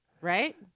right